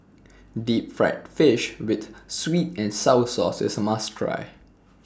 Deep Fried Fish with Sweet and Sour Sauce IS A must Try